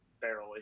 barely